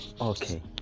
okay